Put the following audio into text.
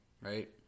right